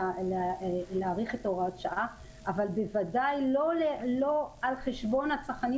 להאריך את הוראת השעה אבל בוודאי לא על חשבון הצרכנים